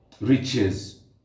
riches